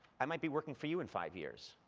i might be working for you in five years.